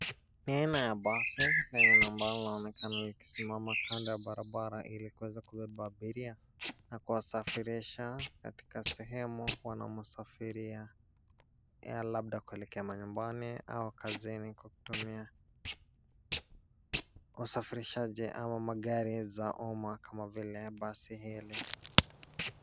Ni aina ya basi lenye na ambalo linaonekana likisimama kando ya barabara ilikuweza kubeba abiria na kuwasafirisha katika sehemu wanamosafiria, labda kuelekea manyumbani au kazini kwa kutumia wasafirishaji ama magari za uma kwa vile basi hili.